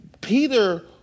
Peter